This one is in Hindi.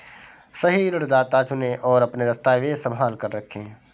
सही ऋणदाता चुनें, और अपने दस्तावेज़ संभाल कर रखें